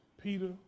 Peter